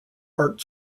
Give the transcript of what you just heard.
art